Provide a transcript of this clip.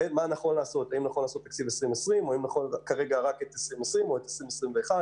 האם נכון לעשות תקצבי רק ל-2020 או גם ל-2021.